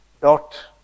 dot